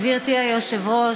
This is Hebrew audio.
גברתי היושבת-ראש,